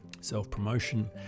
self-promotion